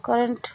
current